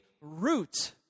root